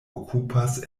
okupas